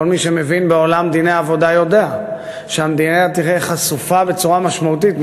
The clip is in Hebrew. כל מי שמבין בעולם דיני העבודה יודע שהמדינה תהיה חשופה בצורה משמעותית,